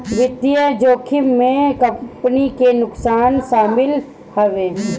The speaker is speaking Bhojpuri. वित्तीय जोखिम में कंपनी के नुकसान शामिल हवे